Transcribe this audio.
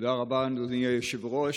תודה רבה, אדוני היושב-ראש.